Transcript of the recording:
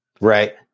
Right